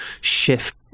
shift